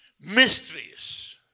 mysteries